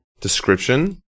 Description